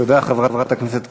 תודה, חברת הכנסת קריב.